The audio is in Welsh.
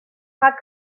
rhag